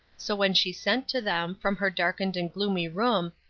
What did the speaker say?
so when she sent to them, from her darkened and gloomy room,